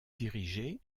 dirigé